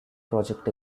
project